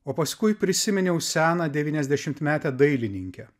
o paskui prisiminiau seną devyniasdešimtmetę dailininkę